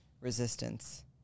resistance